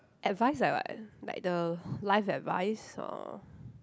advice like what like the life advice or